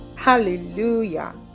Hallelujah